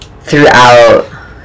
throughout